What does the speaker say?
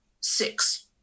six